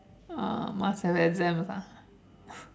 ah must have exams ah